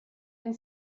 and